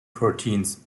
proteins